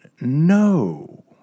No